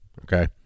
Okay